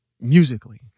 Musically